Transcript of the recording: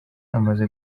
amaze